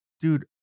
Dude